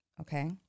Okay